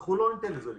אנחנו לא ניתן לזה לקרות.